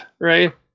right